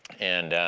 and